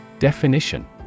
Definition